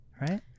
right